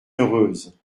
heureuse